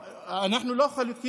לא, אנחנו לא חלוקים.